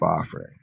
offering